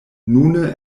nune